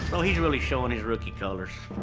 well, he's really showing his rookie colors.